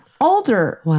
Older